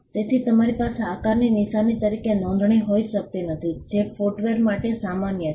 તેથી તમારી પાસે આકારની નિશાની તરીકે નોંધણી હોઈ શકતી નથી જે ફુટવેર માટે સામાન્ય છે